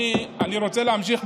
אני רוצה להמשיך,